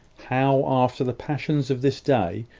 how, after the passions of this day,